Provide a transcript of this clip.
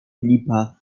filipa